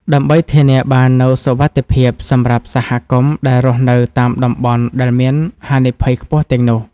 ដើម្បីធានាបាននូវសុវត្ថិភាពសម្រាប់សហគមន៍ដែលរស់នៅតាមតំបន់ដែលមានហានិភ័យខ្ពស់ទាំងនោះ។